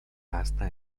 hasta